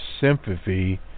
sympathy